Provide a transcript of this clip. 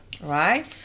Right